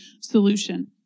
solution